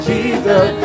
Jesus